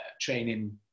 training